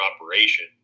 operation